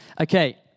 Okay